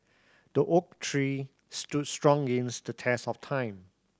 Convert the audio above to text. the oak tree stood strong against the test of time